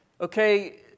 okay